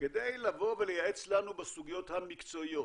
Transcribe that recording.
כדי לייעץ לנו בסוגיות המקצועיות,